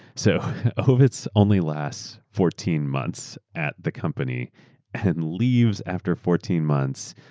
so ovitz only last fourteen months at the company and leaves after fourteen months.